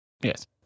Yes